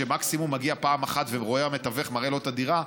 שמקסימום מגיע פעם אחת והמתווך מראה לו את הדירה,